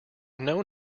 known